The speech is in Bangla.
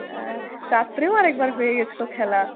রাত্রেও আরেকবার হয়ে গেছিলো খেলা